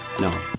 No